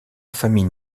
famille